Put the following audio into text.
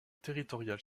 territoriale